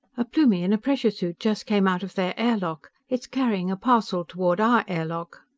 a plumie in a pressure suit just came out of their air lock. it's carrying a parcel toward our air lock.